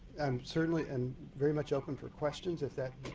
i'm certainly and very much open for questions.